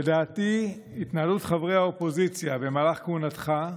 לדעתי, התנהלות חברי האופוזיציה במהלך כהונתך,